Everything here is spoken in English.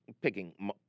picking